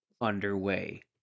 underway